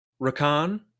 rakan